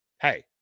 hey